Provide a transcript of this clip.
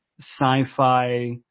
sci-fi